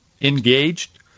engaged